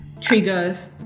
Triggers